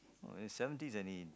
oh seventies and he